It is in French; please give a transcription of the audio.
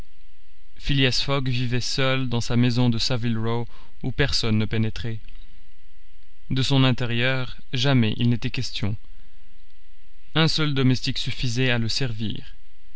phileas fogg vivait seul dans sa maison de saville row où personne ne pénétrait de son intérieur jamais il n'était question un seul domestique suffisait à le servir